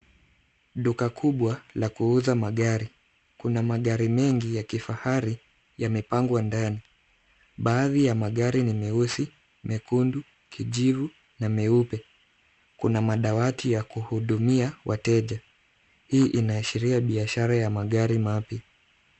Duka kubwa la kuuza magari. Kuna magari mengi ya kifahari yamepangwa ndani. Baadhi ya magari ni meusi, mekundu, kijivu na meupe. Kuna madawati ya kuhudumia wateja. Hii inaashiria biashara ya magari mapya.